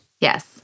Yes